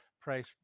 price